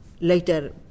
later